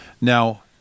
Now